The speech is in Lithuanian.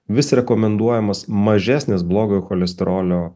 vis rekomenduojamas mažesnis blogojo cholesterolio